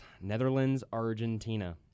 Netherlands-Argentina